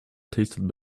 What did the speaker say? tasted